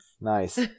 Nice